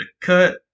cut